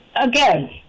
again